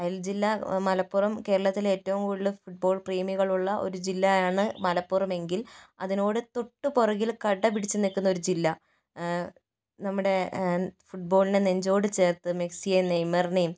അയൽ ജില്ല മലപ്പുറം കേരളത്തില് ഏറ്റവും കൂടുതല് ഫുട്ബോൾ പ്രേമികളുള്ള ഒരു ജില്ലയാണ് മലപ്പുറമെങ്കിൽ അതിനോട് തൊട്ട് പുറകിൽ കിടപിടിച്ച് നിൽക്കുന്നൊരു ജില്ല നമ്മുടെ ഫുട്ബോളിനെ നെഞ്ചോട് ചേർത്ത് മെസ്സിയേയും നെയ്മറിനേയും